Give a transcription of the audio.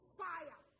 fire